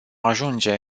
ajunge